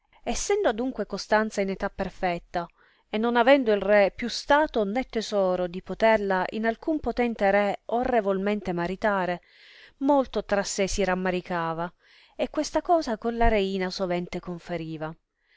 essendo adunque costanza in età perfetta e non avendo il re più stato né tesoro di poterla in alcun potente re orrevolmente maritare molto tra sé si ramaricava e questa cosa con la reina sovente conferiva